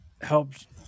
helped